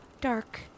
dark